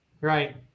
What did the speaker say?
Right